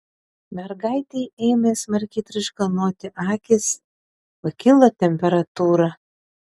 mergaitei ėmė smarkiai traiškanoti akys pakilo temperatūra